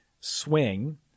swing